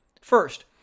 First